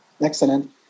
Excellent